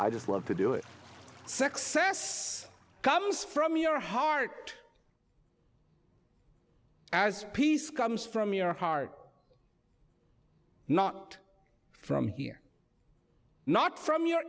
i just love to do it success comes from your heart as peace comes from your heart not from here not from your